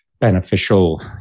beneficial